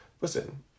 listen